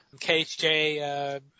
KHJ